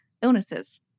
illnesses